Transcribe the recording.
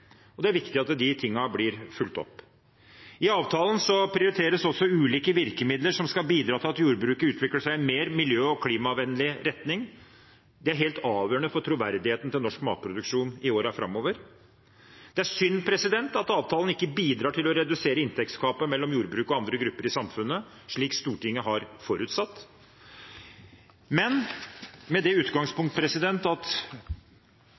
melk. Det er viktig at dette blir fulgt opp. I avtalen prioriteres også ulike virkemidler som skal bidra til at jordbruket utvikler seg i mer miljø- og klimavennlig retning. Det er helt avgjørende for troverdigheten til norsk matproduksjon i årene framover. Det er synd at avtalen ikke bidrar til å redusere inntektsgapet mellom jordbruket og andre grupper i samfunnet, slik Stortinget har forutsatt. Men med det utgangspunkt at